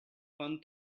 fan